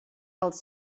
els